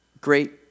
great